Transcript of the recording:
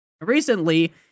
Recently